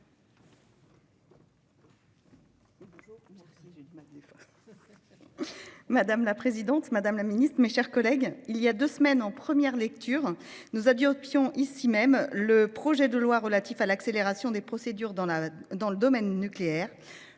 Madame la présidente, madame la secrétaire d'État, mes chers collègues, il y a deux semaines, en première lecture, nous adoptions ici même le projet de loi relatif à l'accélération des procédures liées à la construction